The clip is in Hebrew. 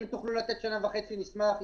אם תוכלו לתת שנה וחצי, נשמח.